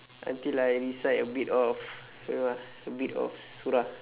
until I recite a bit of a bit of surah